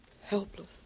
helpless